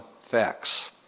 facts